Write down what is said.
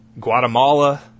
Guatemala